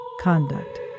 conduct